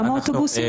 כמה אוטובוסים?